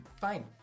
Fine